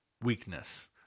weakness